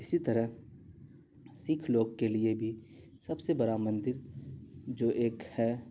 اسی طرح سکھ لوگ کے لیے بھی سب سے بڑا مندر جو ایک ہے